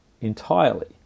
entirely